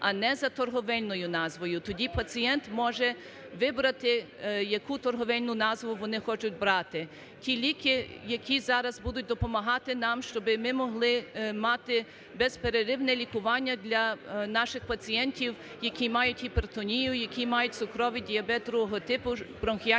а не за торговельною назвою, тоді пацієнт може вибрати, яку торговельну назву вони хочуть брати. Ті ліки, які зараз будуть допомагати нам, щоб ми могли мати безперервне лікування для наших пацієнтів, які мають гіпертонію, які мають цукровий діабет ІІ типу, бронхіальну